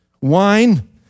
Wine